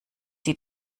sie